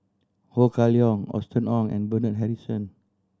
Ho Kah Leong Austen Ong and Bernard Harrison